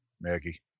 Maggie